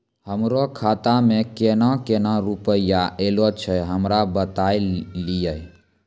हमरो खाता मे केना केना रुपैया ऐलो छै? हमरा बताय लियै?